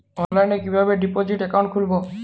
অনলাইনে কিভাবে deposit account খুলবো?